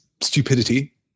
stupidity